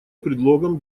предлогом